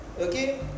Okay